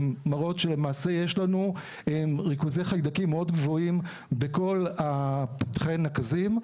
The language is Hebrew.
הן מראות שלמעשה יש לנו ריכוזי חיידקים מאוד גבוהים בכל פתחי הנקזים.